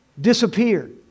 disappeared